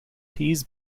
his